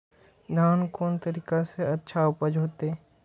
धान कोन तरीका से अच्छा उपज होते?